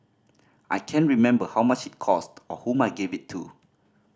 I can't remember how much it cost or whom I gave it to